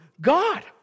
god